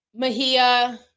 Mahia